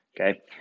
Okay